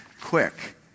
quick